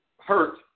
hurt